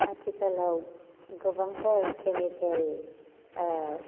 आथिखालाव गोबांथार केमिकेल